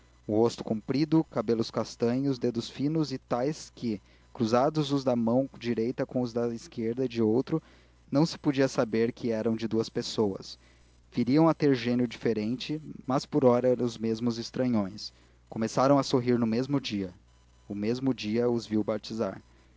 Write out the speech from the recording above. o rosto comprido cabelos castanhos dedos finos e tais que cruzados os da mão direita de um com os da esquerda de outro não se podia saber que eram de duas pessoas viriam a ter gênio diferente mas por ora eram os mesmos estranhões começaram a sorrir no mesmo dia o mesmo dia os viu batizar